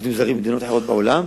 לעובדים זרים במדינות אחרות בעולם,